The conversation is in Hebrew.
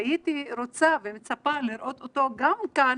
הייתי רוצה ומצפה לראות אותו גם כאן